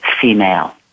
female